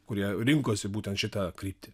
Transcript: kurie rinkosi būtent šitą kryptį